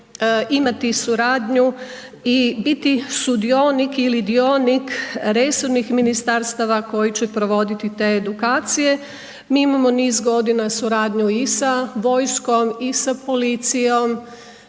imati suradnju i biti sudionik ili dionik resornih ministarstava koje će provoditi te edukacije, mi imamo niz godina suradnju i sa vojskom i sa policijom